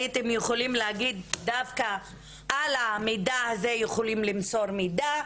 הייתם יכולים להגיד דווקא על המידע הזה יכולים למסור מידע,